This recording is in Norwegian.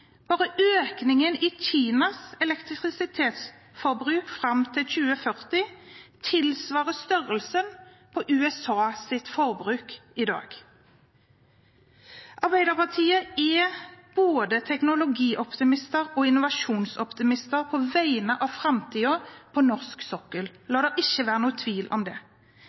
Bare økningen i Kinas elektrisitetsforbruk fram til 2040 tilsvarer størrelsen på USAs forbruk i dag. Arbeiderpartiet er både teknologioptimister og innovasjonsoptimister på vegne av framtiden på norsk sokkel – la det ikke være noen tvil om det.